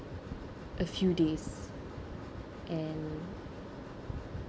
a few days and